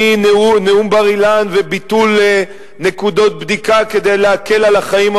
מנאום בר-אילן וביטול נקודות בדיקה כדי להקל על החיים הפלסטיניים,